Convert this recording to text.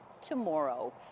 tomorrow